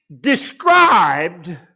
described